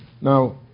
Now